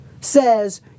says